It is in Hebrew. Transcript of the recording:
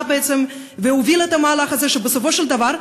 בעצם והובילה את המהלך הזה שבסופו של דבר,